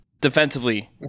Defensively